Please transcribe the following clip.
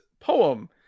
poem